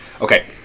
okay